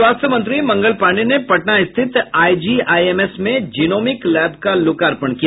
स्वास्थ्य मंत्री मंगल पाण्डेय ने पटना स्थित आईजीआईएमएस में जिनोमिक लैब का लोकार्पण किया